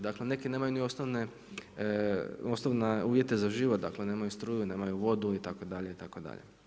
Dakle, neki nemaju ni osnovne uvjete za život, dakle nemaju struju, nemaju vodu itd. itd.